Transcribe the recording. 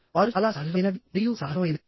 వారు చాలా సహజమైనవి మరియు సహజమైనవి